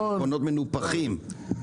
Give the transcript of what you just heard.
החשבונות מנופחים.